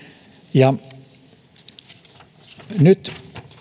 nyt